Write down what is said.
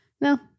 No